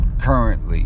currently